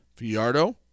Fiardo